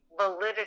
validity